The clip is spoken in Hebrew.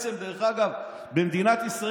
הימין,